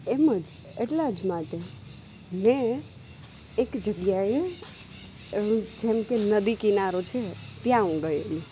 એમ જ એટલા જ માટે મેં એક જગ્યાએ એવું જેમકે નદ કિનારો છે ત્યાં હું ગએલી